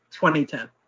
2010